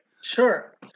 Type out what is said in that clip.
Sure